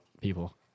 people